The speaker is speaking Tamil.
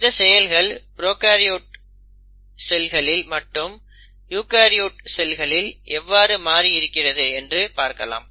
இந்த செயல்கள் ப்ரோகாரியோடிக் செல்கள் மற்றும் யூகரியோட்டிக் செல்களிக் எவ்வாறு மாறி இருக்கிறது என்று பார்க்கலாம்